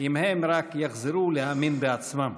אם הם רק יחזרו להאמין בעצמם.